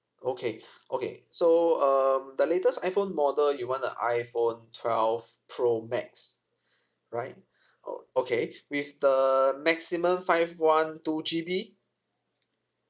okay okay so um the latest iphone model you want the iphone twelve pro max right orh okay with the maximum five one two G_B